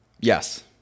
Yes